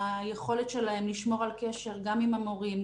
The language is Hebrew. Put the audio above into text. וליכולת שלהם לשמור על קשר גם עם המורים,